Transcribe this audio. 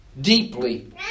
deeply